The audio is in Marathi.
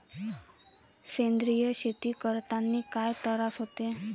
सेंद्रिय शेती करतांनी काय तरास होते?